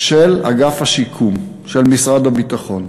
של אגף השיקום של משרד הביטחון.